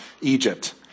Egypt